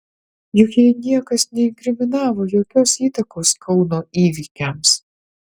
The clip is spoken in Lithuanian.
juk jai niekas neinkriminavo jokios įtakos kauno įvykiams